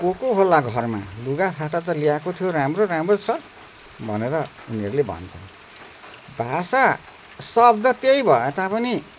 को को होला घरमा लुगाफाटा त ल्याएको थियो राम्रो राम्रो छ भनेर उनीहरूले भन्छन् भाषा शब्द त्यही भए तापनि